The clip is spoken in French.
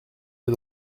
des